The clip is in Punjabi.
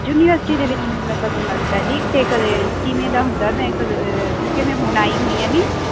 ਯੂਨੀਵਰਸਿਟੀ ਦੇ ਵਿੱਚ ਮੇਲਾ ਕਦੋਂ ਲੱਗਦਾ ਜੀ ਅਤੇ ਕਦੇ ਕਿਵੇਂ ਦਾ ਹੁੰਦਾ ਮੈਂ ਕ ਕਿਉਂਕਿ ਮੈਂ ਹੁਣ ਆਈ ਹੋਈ ਹਾਂ ਨਾ